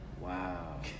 Wow